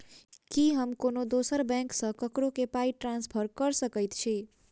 की हम कोनो दोसर बैंक सँ ककरो केँ पाई ट्रांसफर कर सकइत छि?